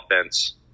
offense